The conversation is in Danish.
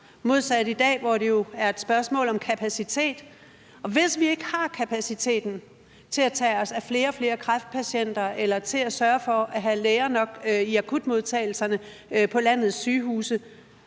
modsat i dag, hvor det jo er et spørgsmål om kapacitet. Hvis vi ikke har kapaciteten til at tage os af flere og flere kræftpatienter eller til at sørge for at have læger nok i akutmodtagelserne på landets sygehuse,